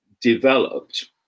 developed